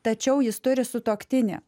tačiau jis turi sutuoktinį